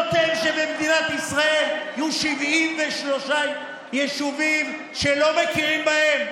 נותן שבמדינת ישראל יהיו 73 יישובים שלא מכירים בהם?